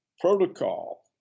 protocol